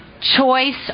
Choice